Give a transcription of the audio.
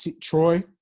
Troy